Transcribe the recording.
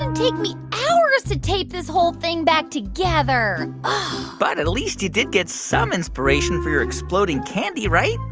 take me hours to tape this whole thing back together but at least you did get some inspiration for your exploding candy, right?